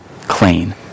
clean